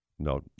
No